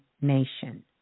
nation